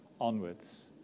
onwards